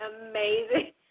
amazing